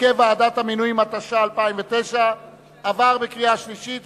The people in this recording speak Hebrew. (הרכב ועדת המינויים), התש"ע 2009, נתקבל.